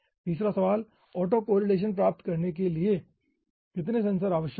तीसरा सवाल auto correlation प्राप्त करने के लिए कि कितने सेंसर आवश्यक हैं